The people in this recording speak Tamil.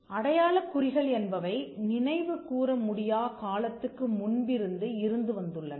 அடையாளக் குறிகள் என்பவை நினைவு கூர முடியா காலத்துக்கு முன்பிருந்து இருந்து வந்துள்ளன